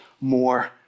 more